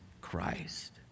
Christ